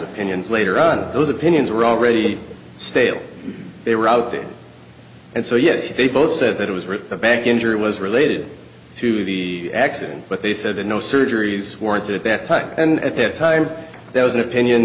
opinions later on those opinions were already stale they were out there and so yes they both said that it was really a back injury was related to the accident but they said that no surgeries warranted at that time and at that time there was an opinion